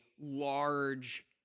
large